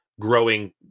growing